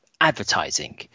advertising